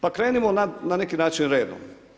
Pa krenimo na neki način redom.